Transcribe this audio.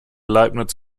leibniz